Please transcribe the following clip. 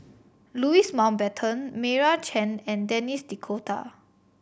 Louis Mountbatten Meira Chand and Denis D'Cotta